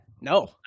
No